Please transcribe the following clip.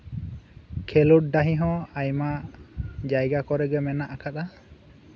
ᱠᱷᱮᱸᱞᱳᱰ ᱰᱟᱹᱦᱤ ᱦᱚᱸ ᱟᱭᱢᱟ ᱡᱟᱭᱜᱟ ᱠᱚᱨᱮ ᱦᱚᱸ ᱢᱮᱱᱟᱜ ᱟᱠᱟᱫᱟ